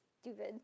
stupid